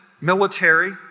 military